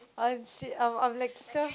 I'm shit I'm I'm like so